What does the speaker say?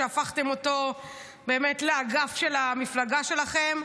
שהפכתם אותו לאגף של המפלגה שלכם,